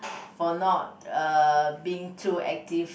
for not uh being too active